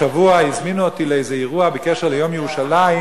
השבוע הזמינו אותי לאיזה אירוע בקשר ליום ירושלים